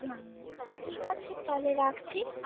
হুম ঠিক আছে তাহলে রাখছি